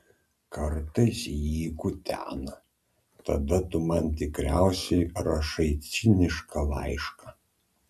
kartais jį kutena tada tu man tikriausiai rašai cinišką laišką